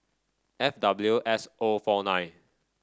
F W S O four nine